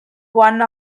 one